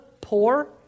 poor